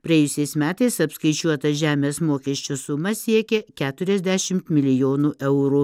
praėjusiais metais apskaičiuota žemės mokesčio suma siekė keturiadešimt milijonų eurų